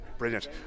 Brilliant